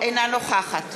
אינה נוכחת